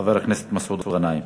חבר הכנסת מסעוד גנאים.